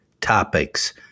topics